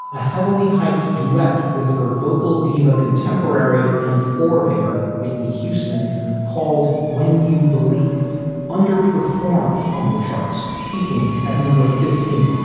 a heavily hyped duet with her vocal diva, contemporary and forebear whitney houston called when you believe under-performed on the charts peaking at number fifteen